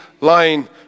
line